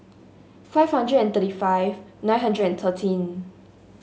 five hundred and thirty five nine hundred and thirteen